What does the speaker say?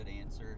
answer